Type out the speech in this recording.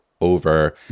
over